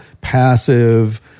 passive